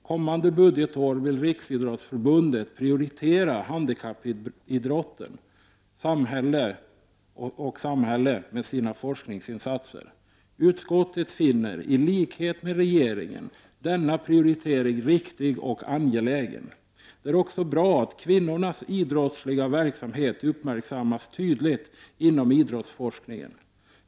Kommande budgetår vill Riksidrottsförbundet prioritera handikappidrott och samhälle med sina forskningsinsatser. Utskottet finner, i likhet med regeringen, denna prioritering riktig och angelägen. Det är också bra att kvinnornas idrottsliga verksamhet har uppmärksammats tydligt inom idrottsforskningen.